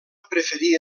preferir